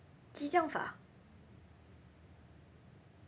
激降法